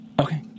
Okay